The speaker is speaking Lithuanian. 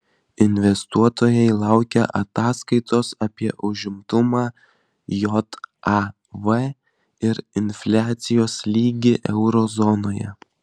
investuotojai laukia ataskaitos apie užimtumą jav ir infliacijos lygį euro zonoje